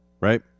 right